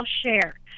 share